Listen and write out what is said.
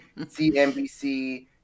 CNBC